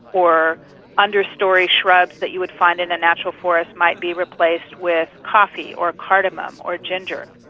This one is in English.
or under-storey shrubs that you would find in a natural forest might be replaced with coffee or cardamom or ginger.